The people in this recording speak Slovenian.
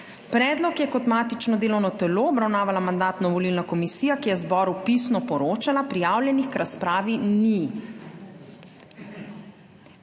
Predlog je kot matično delovno telo obravnavala Mandatno-volilna komisija, ki je zboru pisno poročala. Prijavljenih k razpravi ni.